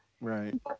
right